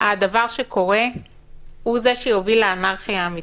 הדבר שקורה הוא זה שיוביל לאנרכיה האמיתית.